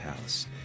house